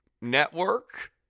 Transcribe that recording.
Network